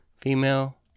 female